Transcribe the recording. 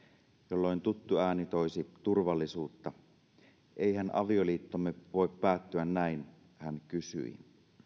jolloin tuttu ääni toisi turvallisuutta eihän avioliittomme voi päättyä näin hän kysyi